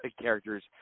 characters